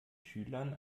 schülern